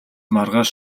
маргааш